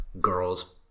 girls